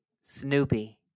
Snoopy